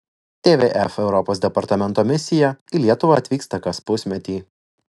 tvf europos departamento misija į lietuvą atvyksta kas pusmetį